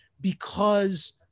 because-